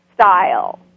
style